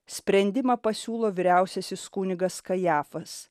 sprendimą pasiūlo vyriausiasis kunigas kajafas